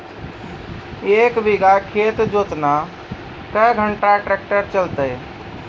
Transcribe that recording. एक बीघा खेत जोतना क्या घंटा ट्रैक्टर चलते?